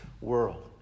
world